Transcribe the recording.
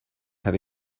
have